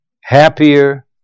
happier